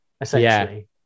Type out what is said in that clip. essentially